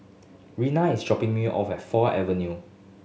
Raina is dropping me off at Four Avenue